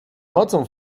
nocą